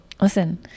Listen